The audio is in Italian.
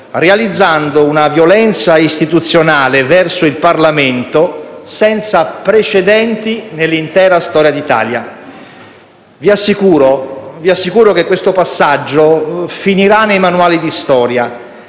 realizzando una violenza istituzionale verso il Parlamento senza precedenti nell'intera storia d'Italia. Vi assicuro che questo passaggio finirà nei manuali di storia.